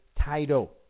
title